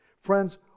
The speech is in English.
Friends